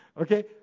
Okay